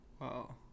Wow